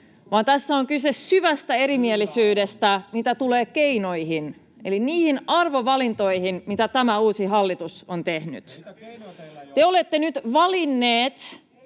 tässä on kyse syvästä erimielisyydestä siinä, mitä tulee keinoihin eli niihin arvovalintoihin, mitä tämä uusi hallitus on tehnyt. [Sebastian